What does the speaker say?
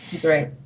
Great